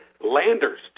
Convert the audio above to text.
Landers